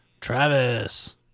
Travis